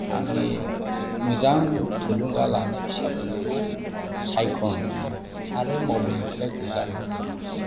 आंनि मोजां थुलुंगा लानाय फिसाफोरखौ सायख' होनाया आरो मबाइलनिफ्राय गोजानाव दोननांगौ